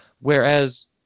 whereas